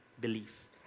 belief